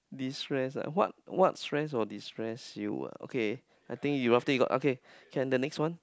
destress ah what what stress oh destress you ah okay I think you after you got okay can the next one